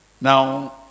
Now